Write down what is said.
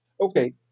Okay